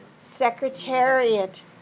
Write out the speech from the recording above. Secretariat